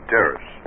Terrace